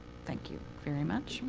thank you very much.